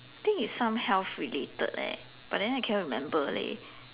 I think it's some health related leh but then I cannot remember leh